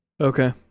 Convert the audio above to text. Okay